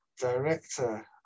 director